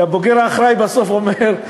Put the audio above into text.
כי הבוגר האחראי בסוף אומר,